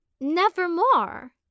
nevermore